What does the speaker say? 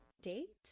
date